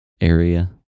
area